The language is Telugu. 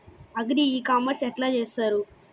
అగ్రి ఇ కామర్స్ ఎట్ల చేస్తరు?